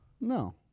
No